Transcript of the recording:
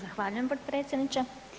Zahvaljujem, potpredsjedniče.